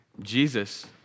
Jesus